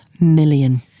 million